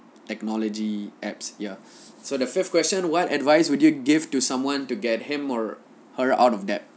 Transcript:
technology apps ya so the fifth question what advice would you give to someone to get him or her out of debt